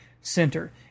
Center